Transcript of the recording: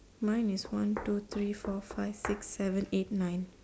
mine is one two three four five six seven eight nine